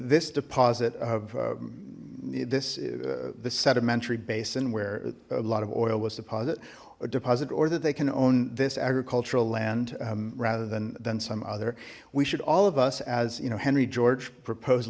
this deposit of this the sedimentary basin where a lot of oil was deposit or deposit or that they can own this agricultural land rather than than some other we should all of us as you know henry george propos